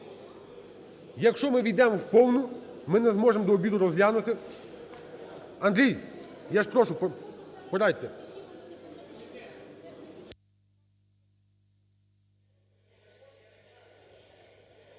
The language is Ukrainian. якщо ми ввійдемо в повну, ми не зможем до обіду розглянути. Андрій, я ж прошу, порадьте.